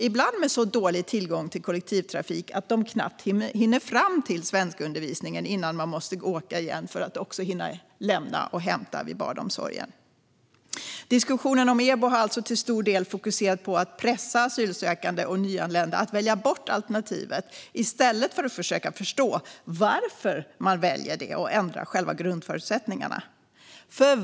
Ibland är det så dålig tillgång till kollektivtrafik att de knappt hinner fram till svenskundervisningen innan de måste åka tillbaka för att de också ska hinna lämna och hämta vid barnomsorgen. I diskussionen om EBO har man alltså till stor del fokuserat på att pressa asylsökande och nyanlända att välja bort alternativet i stället för att försöka förstå varför de väljer det och ändra själva grundförutsättningarna.